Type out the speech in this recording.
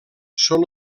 són